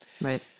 Right